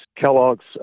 Kellogg's